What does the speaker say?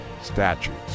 statutes